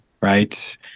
right